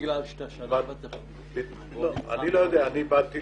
באתי